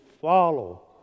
follow